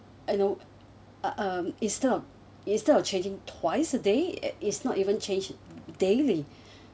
you know uh um instead of instead of changing twice a day it's not even change daily